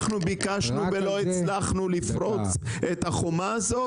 אנחנו ביקשנו ולא הצלחנו לפרוץ את החומה הזאת,